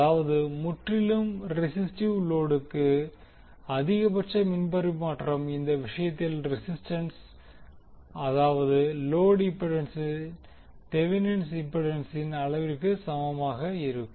அதாவது முற்றிலும் ரெசிஸ்டிவ் லோடுக்கு அதிகபட்ச மின் பரிமாற்றம் இந்த விஷயத்தில் ரெசிஸ்டன்ஸ் அதாவது லோடு இம்பிடன்சின் தெவினின் இம்பிடன்சின் அளவிற்கு சமமாக இருக்கும்